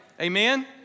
Amen